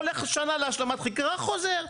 התיק הולך שנה להשלמה חקירה וחוזר,